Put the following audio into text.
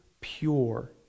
pure